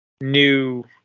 new